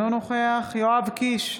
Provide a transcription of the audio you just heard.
אינו נוכח יואב קיש,